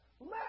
Let